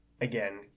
again